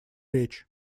речь